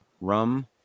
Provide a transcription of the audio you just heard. rum